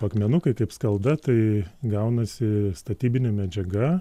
akmenukai kaip skalda tai gaunasi statybinė medžiaga